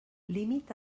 límit